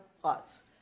plots